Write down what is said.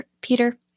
Peter